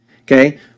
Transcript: okay